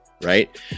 right